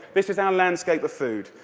this is our landscape of food.